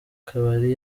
kabari